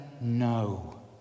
no